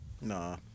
Nah